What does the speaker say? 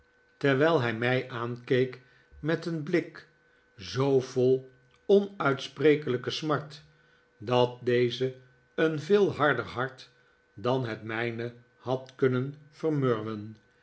terwijl hij mij aankeek met een blik zoo vol onuitsprekelijke smart dat deze een veel harder hart dan het mij ne had kunnen vermurwen